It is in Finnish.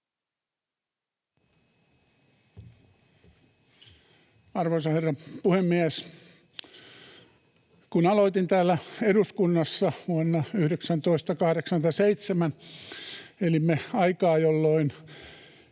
Arvoisa herra puhemies! Kun aloitin täällä eduskunnassa vuonna 1987, elimme aikaa, jolloin